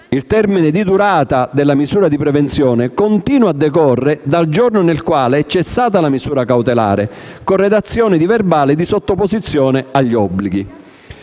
Il termine di durata della misura di prevenzione continua a decorrere dal giorno nel quale è cessata la misura cautelare, con redazione di verbale di sottoposizione agli obblighi.